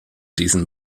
diesen